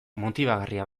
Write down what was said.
motibagarria